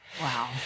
Wow